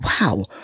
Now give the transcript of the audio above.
wow